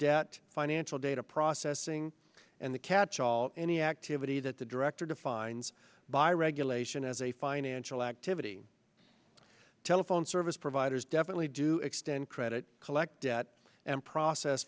debt financial data processing and the catch all any activity that the director defines by regulation as a financial activity telephone service providers definitely do extend credit collect debt and process